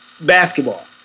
basketball